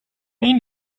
may